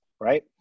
right